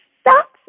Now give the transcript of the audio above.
stop